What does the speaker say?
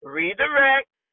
redirect